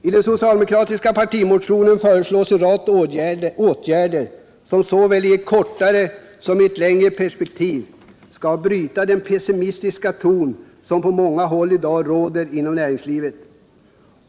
I den socialdemokratiska partimotionen föreslås en rad åtgärder som, såväl i det kortare som i det längre perspektivet, skall bryta den pessimistiska ton som på många håll i dag råder inom vårt näringsliv.